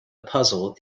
puzzle